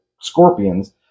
scorpions